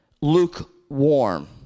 lukewarm